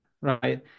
right